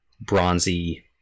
bronzy